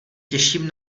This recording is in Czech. těším